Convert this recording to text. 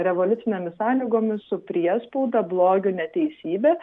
revoliucinėmis sąlygomis su priespauda blogiu neteisybe